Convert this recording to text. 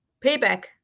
payback